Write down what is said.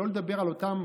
שלא לדבר על אותם